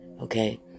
okay